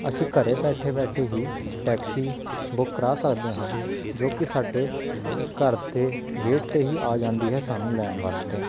ਅਸੀਂ ਘਰ ਬੈਠੇ ਬੈਠੇ ਹੀ ਟੈਕਸੀ ਬੁੱਕ ਕਰਾ ਸਕਦੇ ਹਾਂ ਜੋ ਕਿ ਸਾਡੇ ਘਰ ਦੇ ਗੇਟ 'ਤੇ ਹੀ ਆ ਜਾਂਦੀ ਹੈ ਸਾਨੂੰ ਲੈਣ ਵਾਸਤੇ